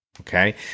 Okay